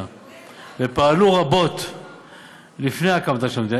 ופעלו רבות לפני הקמתה של המדינה,